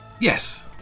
Yes